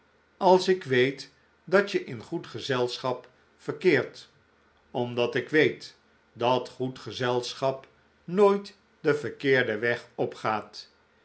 als ik weet dat je in goed gezelschap verkeert omdat ik weet dat goed gezelschap nooit den verkeerden weg op